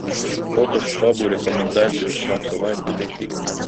kokios pabų rekomendacijos šiam savaitgaliui